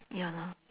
ya lor